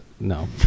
no